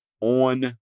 on